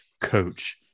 coach